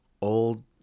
old